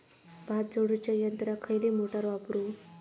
भात झोडूच्या यंत्राक खयली मोटार वापरू?